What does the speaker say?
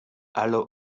alle